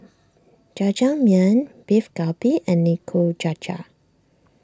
Jajangmyeon Beef Galbi and Nikujaga